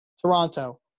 Toronto